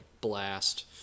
blast